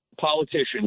politicians